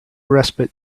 respite